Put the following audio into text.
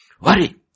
Worry